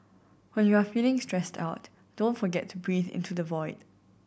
when you are feeling stressed out don't forget to breathe into the void